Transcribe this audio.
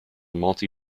multi